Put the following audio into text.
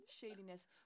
shadiness